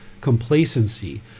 complacency